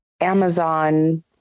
Amazon